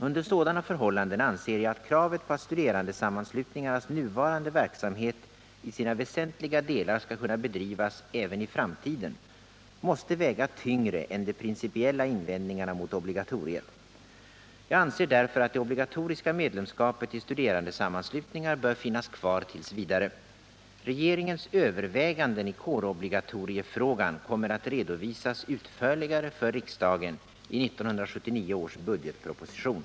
Under sådana förhållanden anser jag att kravet på att studerandesammanslutningarnas nuvarande verksamhet i sina väsentliga delar skall kunna bedrivas även i framtiden måste väga tyngre än de principiella invändningarna mot obligatoriet. Jag anser därför att det obligatoriska medlemskapet i studerandesammanslutningar bör finnas kvar t.v. Regeringens överväganden i kårobligatoriefrågan kommer att redovisas utförligare för riksdagen i 1979 års budgetproposition.